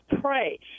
pray